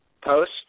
post